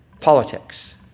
politics